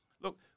Look